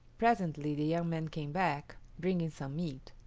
presently the young man came back, bringing some meat.